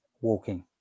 walking